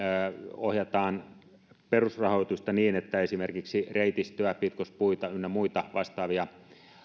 ohjataan perusrahoitusta niin että esimerkiksi reitistöä pitkospuita ynnä muita vastaavia